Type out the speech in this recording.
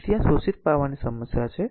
તેથી આ શોષિત પાવરની સમસ્યા છે